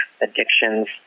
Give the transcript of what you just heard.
addictions